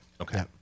okay